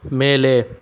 ಮೇಲೆ